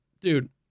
dude